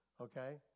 Okay